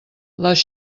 les